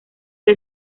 que